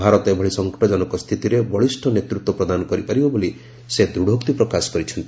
ଭାରତ ଏଭଳି ସଂକଟଜନକ ସ୍ଥିତିରେ ବଳିଷ୍ଣ ନେତୃତ୍ୱ ପ୍ରଦାନ କରିପାରିବ ବୋଲି ସେ ଦୃଢ଼ୋକ୍ତି ପ୍ରକାଶ କରିଛନ୍ତି